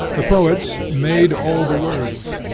the poets made all the words,